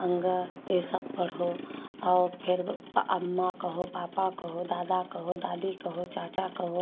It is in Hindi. अं अः ये सब पढ़ो और फिर अम्मा कहो पापा कहो दादा कहो दादी कहो चाचा कहो